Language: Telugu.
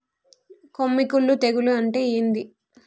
కొమ్మి కుల్లు తెగులు అంటే ఏంది?